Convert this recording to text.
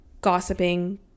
gossiping